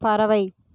பறவை